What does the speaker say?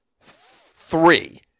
three